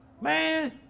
Man